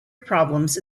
problems